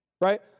right